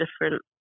different